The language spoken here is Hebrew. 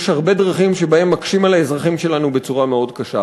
יש הרבה דרכים שבהן מקשים על האזרחים שלנו בצורה מאוד קשה.